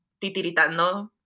titiritando